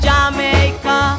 Jamaica